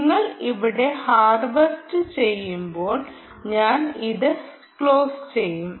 നിങ്ങൾ ഇവിടെ ഹാർവെസ്റ്റ് ചെയ്യുമ്പോൾ ഞാൻ ഇത് ക്ലോസ് ചെയ്യും